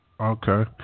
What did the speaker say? Okay